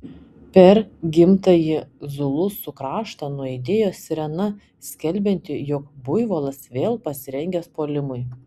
per gimtąjį zulusų kraštą nuaidėjo sirena skelbianti jog buivolas vėl pasirengęs puolimui